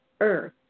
earth